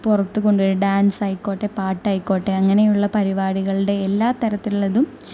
പുറത്ത് കൊണ്ടുപോയി ഡാൻസ് ആയിക്കോട്ടെ പാട്ടായിക്കോട്ടെ അങ്ങനെയുള്ള പരിപാടികളുടെ എല്ലാതരത്തിലുള്ളതും